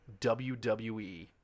WWE